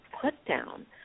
put-down